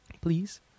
please